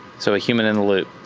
so a human in the loop.